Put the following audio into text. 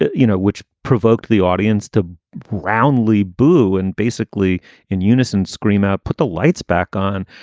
you know, which provoked the audience to brownley boo and basically in unison, scream out, put the lights back on.